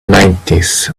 nineties